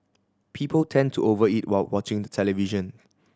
people tend to over eat while watching the television